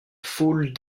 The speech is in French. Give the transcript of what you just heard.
foule